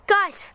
Guys